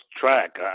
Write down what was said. track